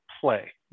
play